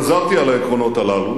חזרתי על העקרונות הללו